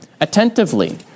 attentively